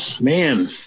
man